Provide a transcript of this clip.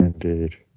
Indeed